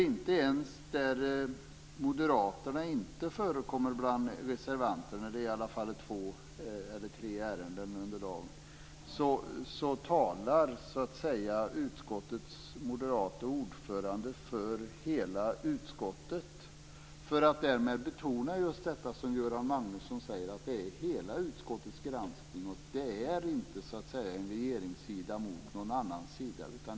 Inte ens där moderaterna inte förekommer bland reservanterna - det har i varje fall varit två eller tre sådana ärenden under dagen - talar utskottets moderate ordförande för hela utskottet, för att därmed betona just detta som Göran Magnusson säger. Det är hela utskottets granskning. Det är inte en regeringssida mot någon annan sida.